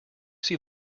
see